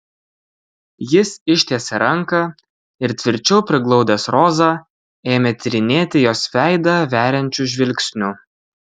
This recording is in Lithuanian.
jis ištiesė ranką ir tvirčiau priglaudęs rozą ėmė tyrinėti jos veidą veriančiu žvilgsniu